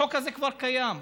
החוק הזה כבר קיים.